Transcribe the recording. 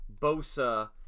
Bosa